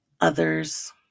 others